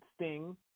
Sting